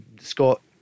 Scott